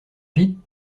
pete